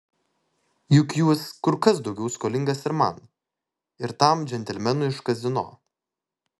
juk jūs kur kas daugiau skolingas ir man ir tam džentelmenui iš kazino